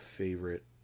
Favorite